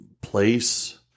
place